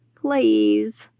Please